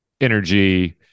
energy